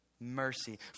Mercy